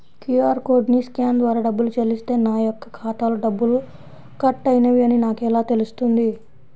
QR కోడ్ని scan ద్వారా డబ్బులు చెల్లిస్తే నా యొక్క ఖాతాలో డబ్బులు కట్ అయినవి అని నాకు ఎలా తెలుస్తుంది?